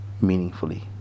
meaningfully